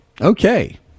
Okay